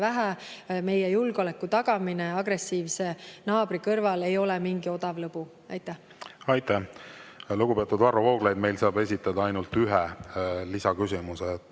vähe. Meie julgeoleku tagamine agressiivse naabri kõrval ei ole mingi odav lõbu. Aitäh! Lugupeetud Varro Vooglaid, meil saab esitada ainult ühe lisaküsimuse.